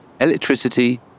electricity